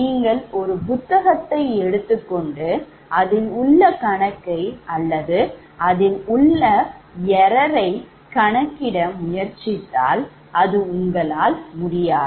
நீங்கள் ஒரு புத்தகத்தை எடுத்துக்கொண்டு அதில் உள்ள கணக்கை அல்லது அதில் உள்ள பிழையை கணக்கிட முயற்சித்தால் அது உங்களால் முடியாது